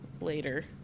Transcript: later